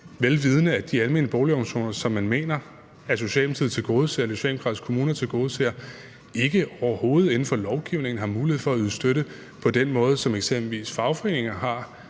vel vidende at de almene boligorganisationer, som man mener Socialdemokratiet, de socialdemokratiske kommuner, tilgodeser, overhovedet ikke inden for lovgivningen har mulighed for at yde støtte på den måde, som eksempelvis